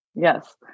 Yes